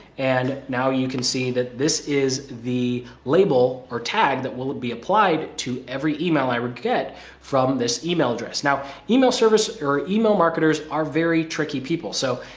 and now you can see that this is the label or tag that will be applied to every email i get from this email address. now email service or email marketers are very tricky people. so,